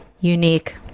unique